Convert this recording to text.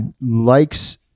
likes